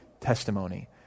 testimony